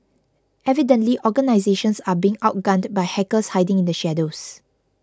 evidently organisations are being outgunned by hackers hiding in the shadows